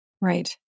Right